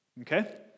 Okay